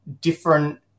different